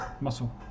muscle